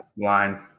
line